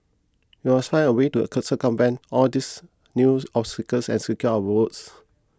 we find a way to circumvent all these new obstacles and secure our votes